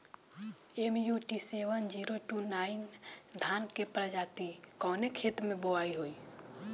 MUT seven zero two nine धान के प्रजाति कवने खेत मै बोआई होई?